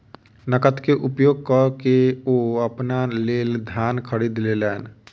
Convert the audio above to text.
नकद के उपयोग कअ के ओ अपना लेल धान खरीद लेलैन